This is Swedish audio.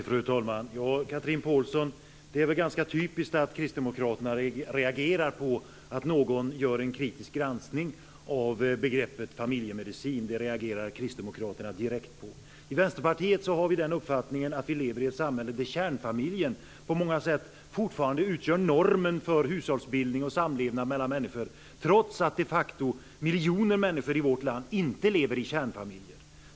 Fru talman! Det är väl ganska typiskt att Kristdemokraterna reagerar på att någon gör en kritisk granskning av begreppet familjemedicin, Chatrine Pålsson. Det reagerar Kristdemokraterna direkt på. I Vänsterpartiet har vi den uppfattningen att vi lever i ett samhälle där kärnfamiljen på många sätt fortfarande utgör normen för hushållsbildning och samlevnad mellan människor trots att de facto miljoner människor i vårt land inte lever i kärnfamiljer.